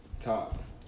talks